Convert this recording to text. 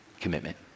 commitment